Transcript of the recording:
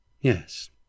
Yes